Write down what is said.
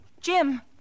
Jim